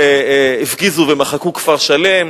הפגיזו ומחקו כפר שלם.